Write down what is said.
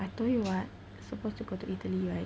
I told you [what] supposed to go to Italy right